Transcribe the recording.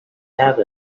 have